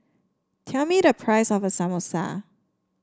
tell me the price of Samosa